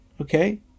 Okay